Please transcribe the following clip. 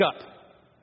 up